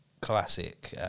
classic